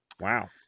Wow